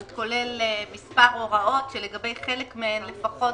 והוא כולל מספר הוראות שלגבי חלק מהן לפחות